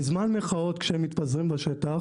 בזמן מחאות כשאתם מתפזרים בשטח